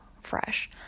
fresh